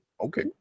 Okay